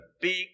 big